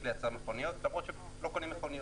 לייצר מכוניות למרות שלא קונים מכוניות.